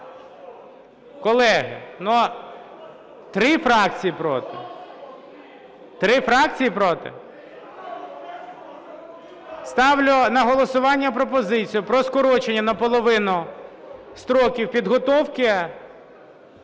проти? Три фракції проти. Ставлю на голосування пропозицію про скорочення наполовину строків підготовки